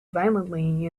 violently